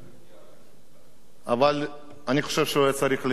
אבל אני חושב שהוא היה צריך להילחם עד הסוף,